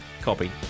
Copy